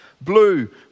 blue